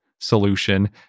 solution